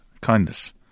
kindness